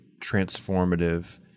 transformative